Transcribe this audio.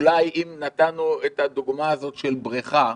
אולי אם נתנו את הדוגמה הזו של בריכה,